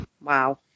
Wow